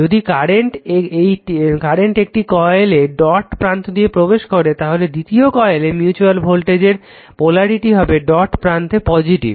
যদি কারেন্ট একটি কয়েলে ডট প্রান্ত দিয়ে প্রবেশ করে তাহলে দ্বিতীয় কয়েলে মিউচুয়াল ভোল্টেজের পোলারিটি হবে ডট প্রান্তে পজিটিভ